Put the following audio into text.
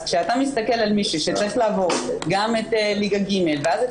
אז כשאתה מסתכל על מישהו שצריך לעבור גם את ליגה ג' ואז את